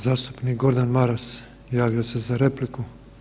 Zastupnik Gordan Maras javio se za repliku.